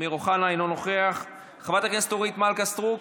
אינו נוכח, חברת הכנסת אורית מלכה סטרוק,